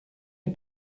est